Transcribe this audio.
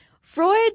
Freud